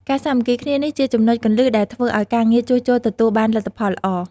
ការសាមគ្គីគ្នា នេះជាចំណុចគន្លឹះដែលធ្វើឲ្យការងារជួសជុលទទួលបានលទ្ធផលល្អ។